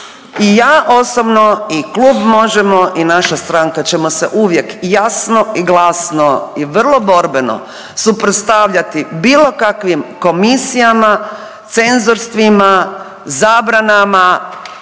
I ja osobno i klub Možemo! i naša stranka ćemo se uvijek jasno i glasno i vrlo borbeno suprotstavljati bilo kakvim komisijama, cenzorstvima, zabranama